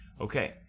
Okay